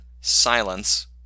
silence